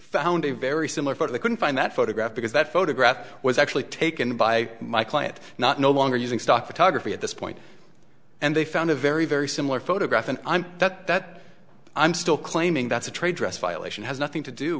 found a very similar sort of i couldn't find that photograph because that photograph was actually taken by my client not no longer using stock photography at this point and they found a very very similar photograph and that that i'm still claiming that's a trade dress violation has nothing to do